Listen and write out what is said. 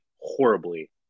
horribly